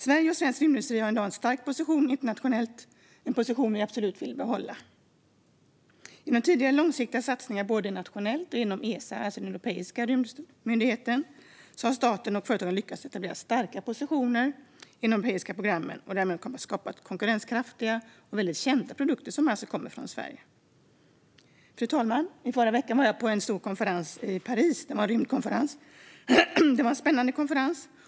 Sverige och svensk rymdindustri har i dag en stark position internationellt sett. Det är en position som vi absolut vill behålla. Genom tidigare långsiktiga satsningar både nationellt och inom den europeiska rymdmyndigheten Esa har staten och företagen lyckats etablera starka positioner inom de europeiska programmen. Därmed har man kunnat skapa konkurrenskraftiga och väldigt kända produkter som kommer från Sverige. Fru talman! Förra veckan var jag på en stor och spännande rymdkonferens i Paris.